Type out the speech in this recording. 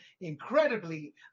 incredibly